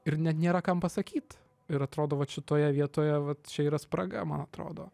ir net nėra kam pasakyt ir atrodo vat šitoje vietoje vat čia yra spraga man atrodo